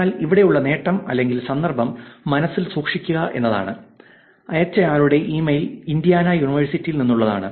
എന്നാൽ ഇവിടെയുള്ള നേട്ടം അല്ലെങ്കിൽ സന്ദർഭം മനസ്സിൽ സൂക്ഷിക്കുക എന്നതാണ് അയച്ചയാളുടെ ഇമെയിൽ ഇൻഡ്യാന യൂണിവേഴ്സിറ്റിയിൽ നിന്നുള്ളതാണ്